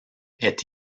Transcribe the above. est